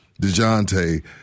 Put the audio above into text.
DeJounte